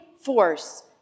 force